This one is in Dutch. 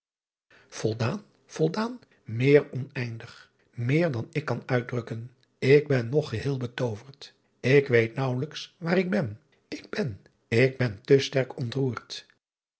voldaan eer oneindig meer dan ik kan uitdrukken k ben nog geheel betooverd k weet naauwelijks waar ik ben k ben ik ben te sterk ontroerd